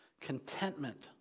contentment